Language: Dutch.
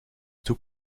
toe